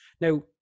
now